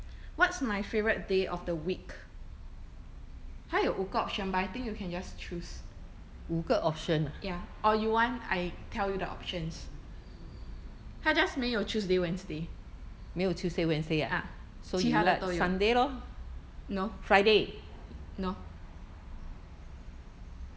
what's my favourite day of the week 它有五个 option but I think you can just choose ya or you want I tell you the options 它 just 没有 tuesday wednesday ah 其他的都有 no no